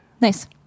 Nice